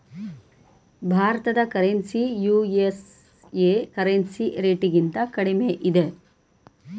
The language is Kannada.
ಭಾರತದ ಕರೆನ್ಸಿ ಯು.ಎಸ್.ಎ ಕರೆನ್ಸಿ ರೇಟ್ಗಿಂತ ಕಡಿಮೆ ಇದೆ